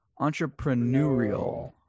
Entrepreneurial